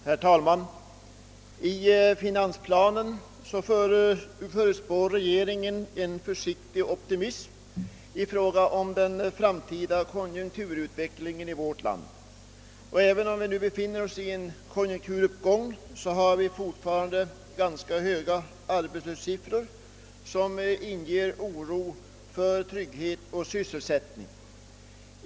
Herr talman! I finansplanen visar regeringen en försiktig optimism i fråga om den framtida konjunkturutvecklingen i vårt land. Även om vi nu befinner oss i en konjunkturuppgång, har vi fortfarande höga arbetslöshetssiffror som inger oro för trygghet och sysselsättning.